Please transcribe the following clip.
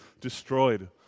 destroyed